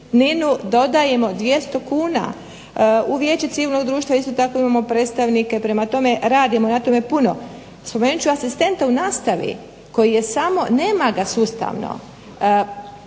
dodajemo 200 kuna. U vijeću civilnog društva isto tako imamo predstavnike. Prema tome, radimo na tome puno. Spomenut ću asistenta u nastavi koji je samo, nema ga sustavno.